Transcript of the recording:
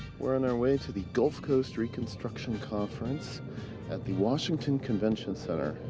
we're on our way to the gulf coast reconstruction conference at the washington convention center.